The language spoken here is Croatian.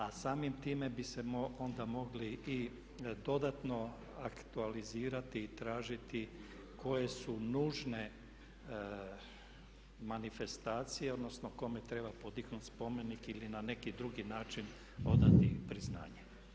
A samim time bi se onda mogli i dodatno aktualizirati i tražiti koje su nužne manifestacije, odnosno kome treba podignuti spomenik ili na neki drugi način odati priznanje.